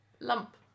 Lump